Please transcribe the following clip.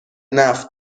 نفت